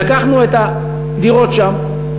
ולקחנו את הדירות שם,